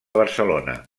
barcelona